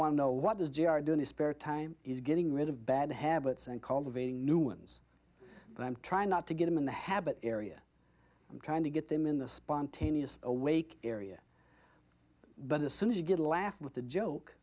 want to know what does g r do in his spare time is getting rid of bad habits and cultivating new ones but i'm trying not to get him in the habit area i'm trying to get them in the spontaneous awake area but as soon as you get a laugh with a joke